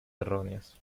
erróneos